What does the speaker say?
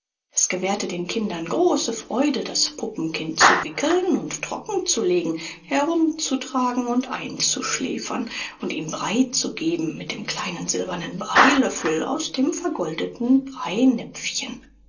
es gewährte den kindern große freude das puppenkind zu wickeln und trocken zu legen herum zu tragen und einzuschläfern und ihm brei zu geben mit dem kleinen silbernen breilöffel aus dem vergoldeten